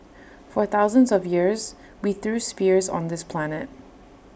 for thousands of years we threw spears on this planet